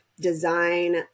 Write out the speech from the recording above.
design